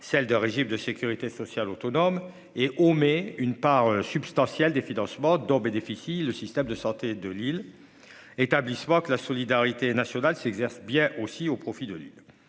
celle de régime de Sécurité sociale autonome et mais une part substantielle des financements dont bénéficie le système de santé de Lille. Établissement que la solidarité nationale s'exerce bien aussi au profit de l'île.